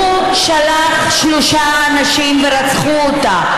הוא שלח שלושה אנשים ורצחו אותה.